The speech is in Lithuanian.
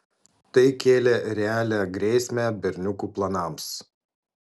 tai kėlė realią grėsmę berniukų planams